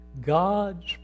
God's